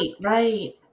right